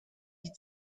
die